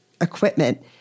equipment